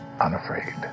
unafraid